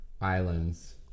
islands